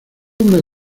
una